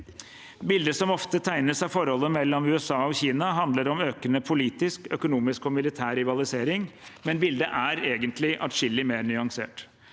Bildet som ofte tegnes av forholdet mellom USA og Kina, handler om økende politisk, økonomisk og militær rivalisering, men bildet er egentlig adskillig mer nyansert.